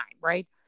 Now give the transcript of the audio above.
right